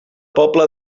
pobla